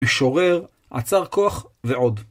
הוא שורר, עצר כוח ועוד.